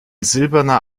silberner